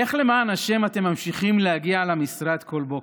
איך למען השם אתם ממשיכים להגיע למשרד כל בוקר?